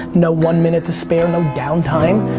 no one minute to spare, no down time.